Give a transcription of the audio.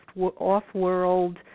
off-world